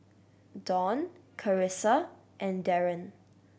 Dawne Carissa and Darryn